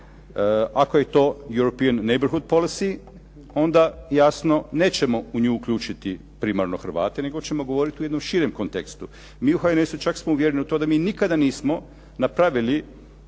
ako je to Europien neighbourhood policy onda jasno nećemo u nju uključiti primarno Hrvate, nego ćemo govoriti u jednom širem kontekstu. Mi u HNS-u čak smo uvjereni u to da mi nikada nismo napravili